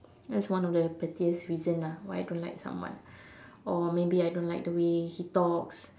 that's one of the pettiest reason lah why I don't like someone or maybe I don't like the way he talks